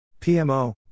PMO